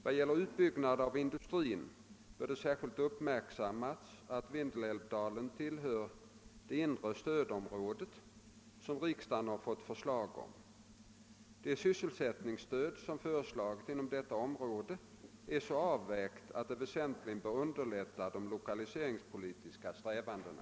Vad gäller utbyggnad av industrin bör det särskilt uppmärksammas att Vindelälvsdalen tillhör det inre stödområde som riksdagen har fått förslag om. Det sysselsättningsstöd som föreslagits inom detta område är så avvägt att det vänsentligt bör underlätta de 1okaliseringspolitiska strävandena.